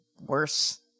worse